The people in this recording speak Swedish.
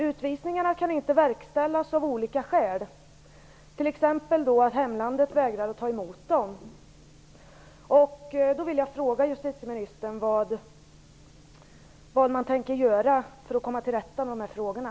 Utvisningarna kan av olika skäl inte verkställas, bl.a. därför att hemlandet vägrar att ta emot dem.